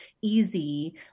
easy